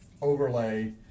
overlay